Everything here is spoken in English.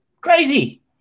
Crazy